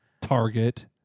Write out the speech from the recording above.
Target